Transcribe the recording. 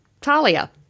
Talia